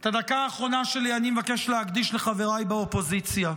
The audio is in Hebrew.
את הדקה האחרונה שלי אני מבקש להקדיש לחבריי באופוזיציה.